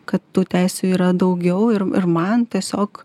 kad tų teisių yra daugiau ir ir man tiesiog